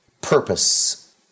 purpose